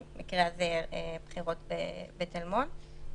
במקרה הזה בחירות בתל מונד.